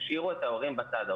תשאירו את ההורים בצד.